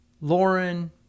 Lauren